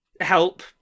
help